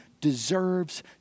deserves